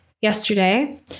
yesterday